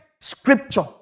scripture